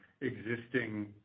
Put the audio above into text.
existing